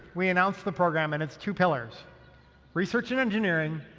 we announced the program and its two pillars research and engineering,